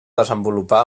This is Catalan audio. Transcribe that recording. desenvolupà